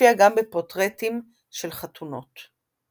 מופיע גם בפורטרטים של חתונות.